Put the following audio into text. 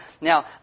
now